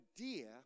idea